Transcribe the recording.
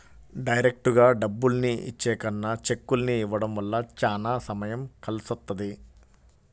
డైరెక్టుగా డబ్బుల్ని ఇచ్చే కన్నా చెక్కుల్ని ఇవ్వడం వల్ల చానా సమయం కలిసొస్తది